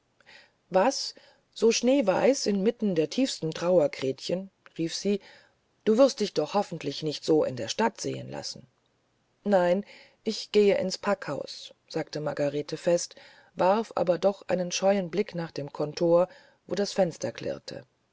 was so schneeweiß inmitten der tiefsten trauer gretchen rief sie du wirst dich doch hoffentlich nicht so in der stadt sehen lassen nein ich gehe ins packhaus sagte margarete fest warf aber doch einen scheuen blick nach dem kontor wo das fenster klirrte